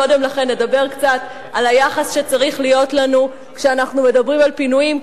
קודם לכן נדבר קצת על היחס שצריך להיות לנו כשאנחנו מדברים על פינויים.